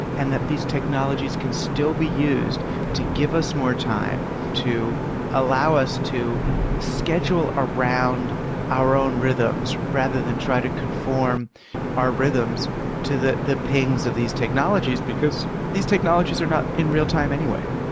and that these technologies can still be used to give us more time, to allow us to schedule around our own rhythms rather than try to conform our rhythms to the the pings of these technologies, because these technologies are not in real time anyway,